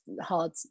hard